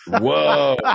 whoa